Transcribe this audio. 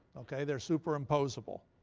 okay? they're superimposable.